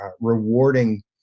rewarding